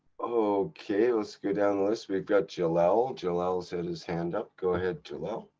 okay, let's go down the list, we've got jalal. jalal also had his hand up. go ahead, jalal.